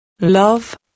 Love